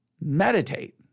Meditate